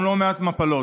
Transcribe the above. גם לא מעט מפלות.